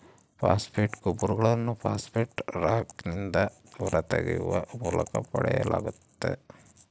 phosphate ರಸಗೊಬ್ಬರಗಳನ್ನು phosphate ರಾಕ್ನಿಂದ ಹೊರತೆಗೆಯುವ ಮೂಲಕ ಪಡೆಯಲಾಗ್ತತೆ